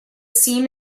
seam